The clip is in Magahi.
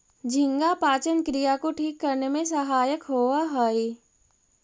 झींगा पाचन क्रिया को ठीक करने में सहायक होवअ हई